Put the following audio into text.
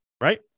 right